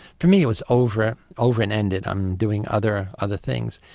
for me it was over over and ended, i'm doing other other things.